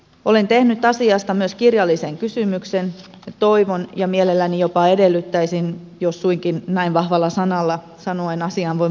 olen tehnyt asiasta myös kirjallisen kysymyksen ja toivon ja mielelläni jopa edellyttäisin tätä jos suinkin näin vahvalla sanalla sanoen asiaan voin vaikuttaa tulevaan